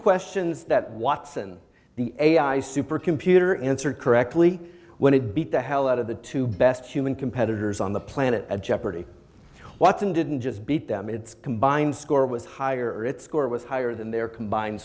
questions that watson the ai supercomputer answered correctly when it beat the hell out of the two best human competitors on the planet at jeopardy watson didn't just beat them it's combined score was higher at score was higher than their combine